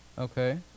Okay